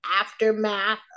aftermath